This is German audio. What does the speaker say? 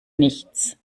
nichts